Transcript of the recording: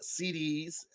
CDs